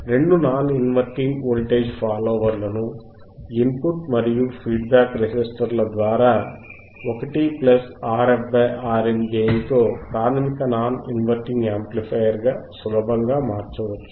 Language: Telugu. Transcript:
రెండు నాన్ ఇన్వర్టింగ్ వోల్టేజ్ ఫాలోవర్లను ఇన్ పుట్ మరియు ఫీడ్బ్యాక్ రెసిస్టర్ల ద్వారా 1RfRin గెయిన్ తో ప్రాథమిక నాన్ ఇన్వర్టింగ్ యాంప్లిఫయర్ గా సులభంగా మార్చవచ్చు